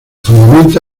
fundamenta